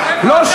אתה תגיד לי?